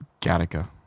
Gattaca